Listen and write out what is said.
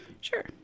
Sure